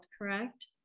correct